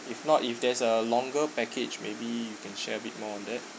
if not if there's a longer package maybe you can share a bit more on that